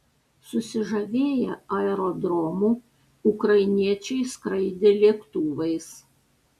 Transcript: susižavėję aerodromu ukrainiečiai skraidė lėktuvais